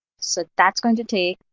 so that's going to to